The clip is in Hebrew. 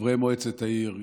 חברי מועצת העיר,